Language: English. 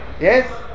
yes